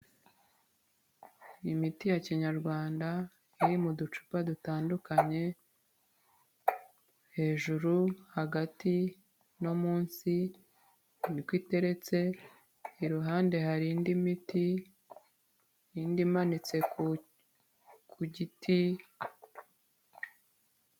Imiti ya kinyarwanda iri mu ducupa dutandukanye hejuru hagati no munsi teretse niko iteretse iruhande hari indi miti indi imanitse ku giti.